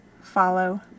follow